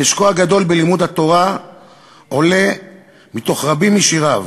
חשקו הגדול בלימוד התורה עולה מתוך רבים משיריו,